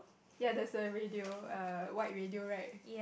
ya that's a radio err white radio right